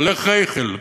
הולך רייכיל.